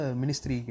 ministry